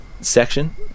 section